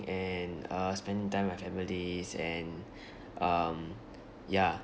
and uh spending time with my families and um ya